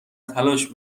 تلاش